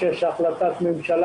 שיש החלטת ממשלה